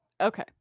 Okay